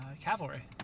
cavalry